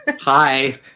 Hi